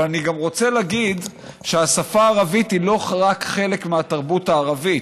אבל אני גם רוצה להגיד שהשפה הערבית היא לא רק חלק מהתרבות הערבית,